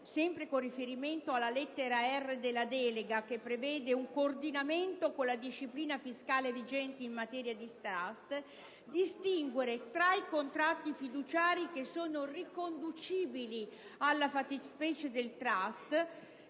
sempre con riferimento alla lettera *r)*, che prevede un coordinamento con la disciplina fiscale vigente in materia di *trust* - distinguere i contratti fiduciari riconducibili alla fattispecie del *trust*,